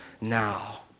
now